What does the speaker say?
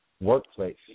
workplace